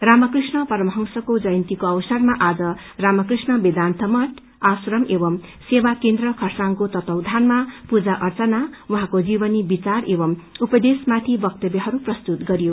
रामकृष्ण परमहंसको जयन्तीको अवसरमा आज रामृष्ण वेदान्त मठ आश्रम एवं सेवा केन्द्र खरसाङको तत्वावधानमा पूजा अर्चना उहाँको जीवनी विचार एवं उपदेशमाथि वक्तव्यहरू प्रस्तुत गरियो